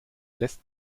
lässt